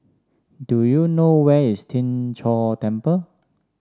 do you know where is Tien Chor Temple